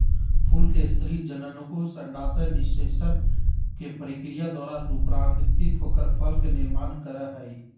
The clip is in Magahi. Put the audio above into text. फूल के स्त्री जननकोष अंडाशय निषेचन के प्रक्रिया द्वारा रूपांतरित होकर फल के निर्माण कर हई